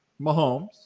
Mahomes